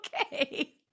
okay